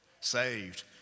saved